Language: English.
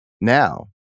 now